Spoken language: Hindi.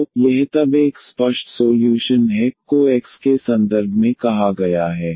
तो यह तब एक स्पष्ट सोल्यूशन है y को x के संदर्भ में कहा गया है